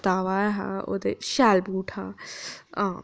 पताबा ऐ हा ओह्दे शैल बूट हा हां